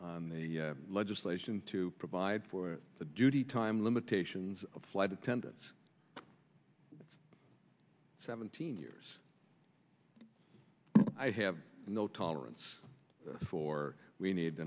on the legislation to provide for the duty time limitations of flight attendants seventeen years i have no tolerance for we need